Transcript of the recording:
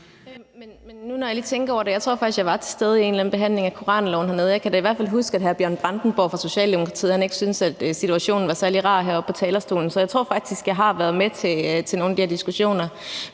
jeg faktisk, jeg var til stede ved en eller anden behandling af koranloven hernede. Jeg kan da i hvert fald huske, at hr. Bjørn Brandenborg fra Socialdemokratiet ikke syntes, at situationen var særlig rar heroppe på talerstolen. Så jeg tror faktisk, jeg har været med til nogle af de her diskussioner.